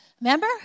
Remember